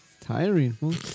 Tiring